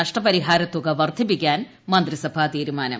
നഷ്ടപരിഹാര തുക വർധിപ്പിക്കാൻ മന്ത്രിസഭ തീരുമാനം